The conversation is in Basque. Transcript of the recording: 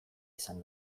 izan